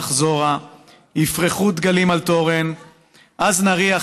נחזורה / יפרחו דגלים על תורן / אז נריע,